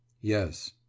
Yes